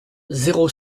zéro